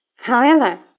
however,